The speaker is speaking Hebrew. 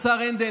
השר הנדל,